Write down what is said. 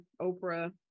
Oprah